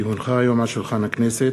כי הונחו היום על שולחן הכנסת,